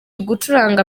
gucuranga